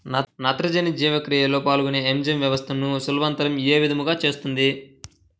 నత్రజని జీవక్రియలో పాల్గొనే ఎంజైమ్ వ్యవస్థలను సులభతరం ఏ విధముగా చేస్తుంది?